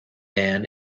man